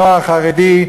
הנוער החרדי,